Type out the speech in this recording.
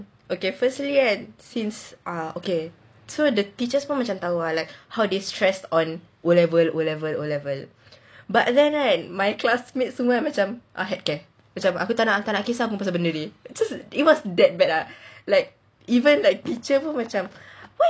okay firstly kan since ah okay so the teachers pun macam tahu ah like how they stress on O-level O-level O-level but then right and my classmates semua macam ah heck care macam aku tak nak kesah pun pasal benda ni just it was that bad uh like even like teacher pun macam what